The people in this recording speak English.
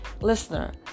listener